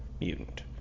mutant